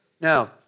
Now